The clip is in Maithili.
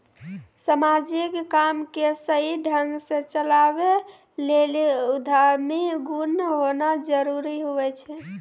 समाजिक काम के सही ढंग से चलावै लेली उद्यमी गुण होना जरूरी हुवै छै